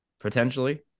potentially